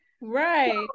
Right